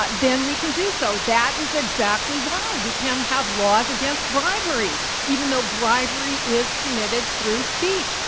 but then we can do so. that is exactly why we can have laws against bribery even though bribery is committed through speech,